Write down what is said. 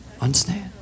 Understand